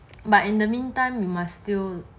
but in the meantime you must still